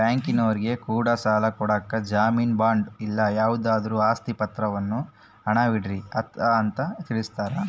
ಬ್ಯಾಂಕಿನರೊ ಕೂಡ ಸಾಲ ಕೊಡಕ ಜಾಮೀನು ಬಾಂಡು ಇಲ್ಲ ಯಾವುದಾದ್ರು ಆಸ್ತಿ ಪಾತ್ರವನ್ನ ಅಡವಿಡ್ರಿ ಅಂತ ತಿಳಿಸ್ತಾರ